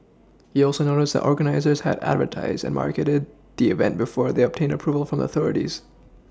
he also noted that the organisers had advertised and marketed the event before they obtained Approval from the authorities